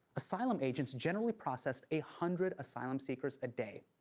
asylum agents generally processed a hundred asylum seekers a day,